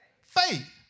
faith